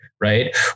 Right